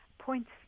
points